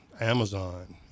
amazon